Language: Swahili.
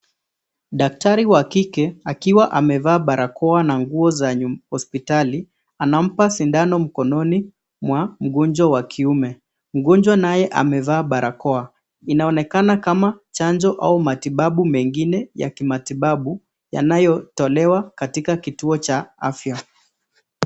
Daktari wa kike akiwa amevaa barakoa na nguo za hospitali, anampa sindano mkononi mwa mgonjwa wa kiume. Mgonjwa naye amevaa barakoa . Inaonekana kama chanjo au matibabu mengine ya kimatibabu, yanayotolewa katika kituo cha afya.